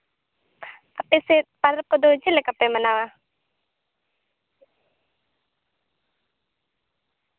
ᱟᱯᱮ ᱥᱮᱡ ᱯᱟᱨᱟᱵᱽ ᱠᱚᱫᱚ ᱪᱮᱫ ᱞᱮᱠᱟ ᱯᱮ ᱢᱟᱱᱟᱣᱟ